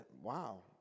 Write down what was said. Wow